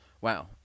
Wow